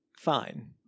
fine